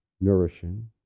nourishing